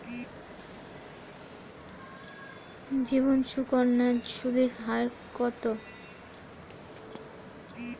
জীবন সুকন্যা সুদের হার কত?